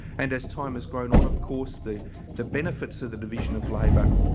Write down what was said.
and as time has grown on, of course, the the benefits of the division of labor